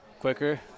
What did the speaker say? quicker